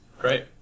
Great